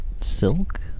silk